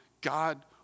God